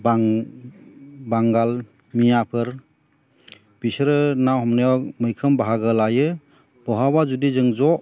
बांगाल मियाफोर बिसोरो ना हमनायाव मैखोम बाहागो लायो बहाबा जुदि जों ज'